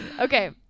Okay